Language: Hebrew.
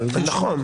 נכון,